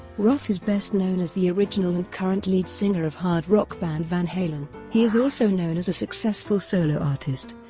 roth is best known as the original and current lead singer of hard rock band van halen. he is also known as a successful solo artist,